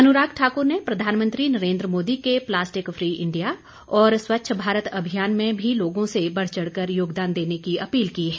अनुराग ठाकुर ने प्रधानमंत्री नरेन्द्र मोदी के प्लास्टिक फी इंडिया और स्वच्छ भारत अभियान में भी लोगों से बढ़चढ़ कर योगदान देने की अपील की है